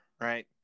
right